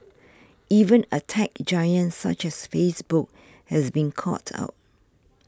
even a tech giant such as Facebook has been caught out